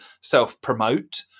self-promote